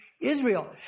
Israel